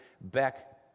back